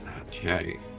Okay